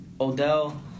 Odell